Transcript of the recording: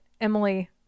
Emily